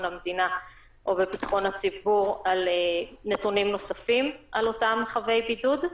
המדינה או בביטחון הציבור לגבי נתונים נוספים על אותם חבי בידוד.